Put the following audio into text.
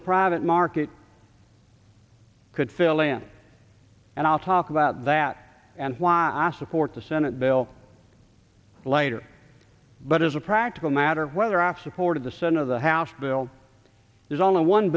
the private market could fill in and out talk about that and why i support the senate bill later but as a practical matter whether off support of the center of the house bill there's only one